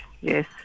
Yes